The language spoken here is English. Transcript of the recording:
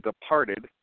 departed